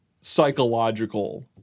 psychological